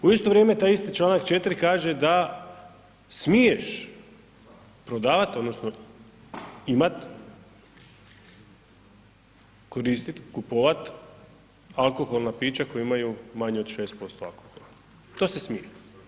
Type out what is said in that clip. U isto vrijeme taj isti čovjek, četiri, kaže da smiješ prodavat odnosno imat, koristit, kupovat alkoholna pića koja imaju manje od 6% alkohola, to se smije.